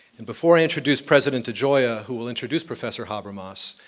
and before i introduce president degioia who will introduce professor habermas,